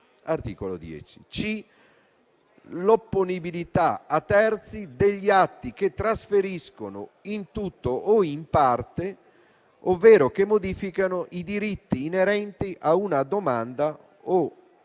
(articolo 10); l'opponibilità ai terzi degli atti che trasferiscono, in tutto o in parte, ovvero che modificano i diritti inerenti a una domanda o a